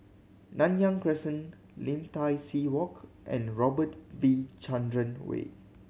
Nanyang Crescent Lim Tai See Walk and Robert V Chandran Way